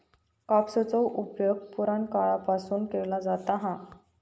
कापसाचो उपयोग पुराणकाळापासून केलो जाता हा